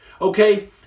okay